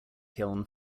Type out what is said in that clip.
kiln